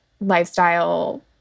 lifestyle